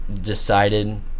decided